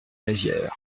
mézières